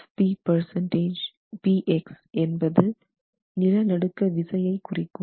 Fpx என்பது நில நடுக்க விசையை குறிக்கும்